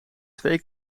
twee